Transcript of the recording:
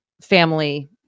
family